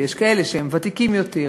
ויש כאלה שהם ותיקים יותר.